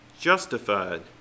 justified